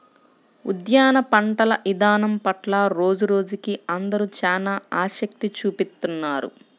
ఉద్యాన పంటల ఇదానం పట్ల రోజురోజుకీ అందరూ చానా ఆసక్తి చూపిత్తున్నారు